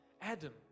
Adam